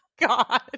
God